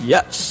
Yes